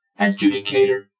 Adjudicator